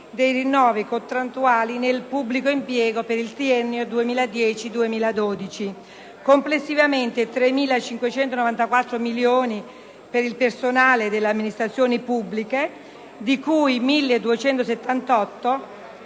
dei rinnovi contrattuali nel pubblico impiego per il triennio 2010-2012: si tratta, complessivamente, di 3.594 milioni per il personale delle amministrazioni pubbliche, di cui 1.278 per i